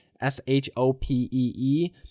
S-H-O-P-E-E